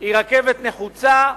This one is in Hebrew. היא רכבת נחוצה,